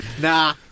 Nah